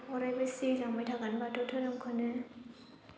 अरायबो सिबिलांबाय थागोन बाथौ धोरोमखौनो